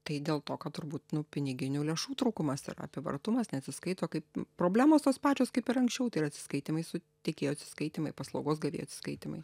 tai dėl to kad turbūt nu piniginių lėšų trūkumas ir apyvartumas neatsiskaito kaip problemos tos pačios kaip ir anksčiau tai yra atsiskaitymai su tiekėjų atsiskaitymai paslaugos gavėjų atsiskaitymai